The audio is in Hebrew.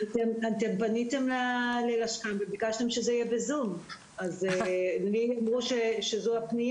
כמשטרה יש לנו 9 חוקרי נוער שיושבים ומוצבים שנים בתוך מרכזי